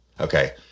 okay